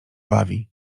bawi